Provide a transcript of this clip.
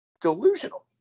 delusional